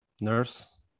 Nurse